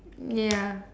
ya